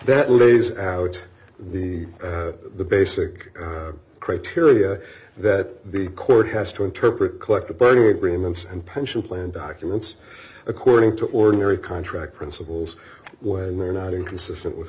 that lays out the the basic criteria that the court has to interpret collective bargaining agreements and pension plan documents according to ordinary contract principles when they're not inconsistent with